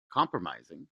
compromising